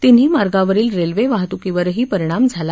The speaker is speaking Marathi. तिन्ही मार्गावरील रेल्वे वाहतूकीवरही परिणाम झाला